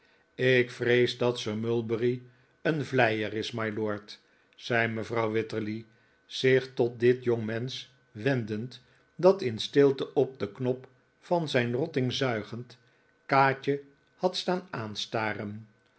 ik vrees dat sir mulberry een vleier is mylord zei mevrouw wititterly zich tot dit jongmensch wendend dat in stilte op den knop van zijn rotting zuigend kaatje had staan